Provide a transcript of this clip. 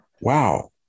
wow